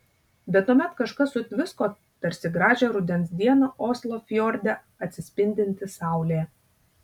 bet tuomet kažkas sutvisko tarsi gražią rudens dieną oslo fjorde atsispindinti saulė